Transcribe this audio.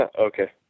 Okay